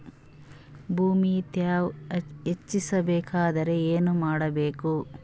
ಭೂಮಿ ತ್ಯಾವ ಹೆಚ್ಚೆಸಬೇಕಂದ್ರ ಏನು ಮಾಡ್ಬೇಕು?